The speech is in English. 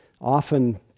often